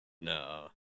No